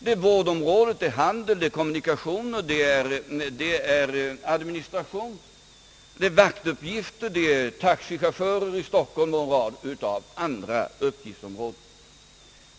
Det är vårdområdet, handel, kommunikation, administration, det är vaktuppgifter, det är taxichaufförer i Stockholm och en rad av andra uppgiftsområden.